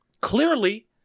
Clearly